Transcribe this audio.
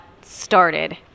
started